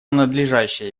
надлежащее